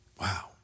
Wow